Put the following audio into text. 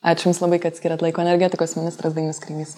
ačiū jums labai kad skyrėt laiko energetikos ministras dainius kreivys